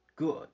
Good